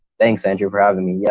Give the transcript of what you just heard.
thanks andrew for having me. yeah,